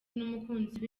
n’umukunzi